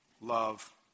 love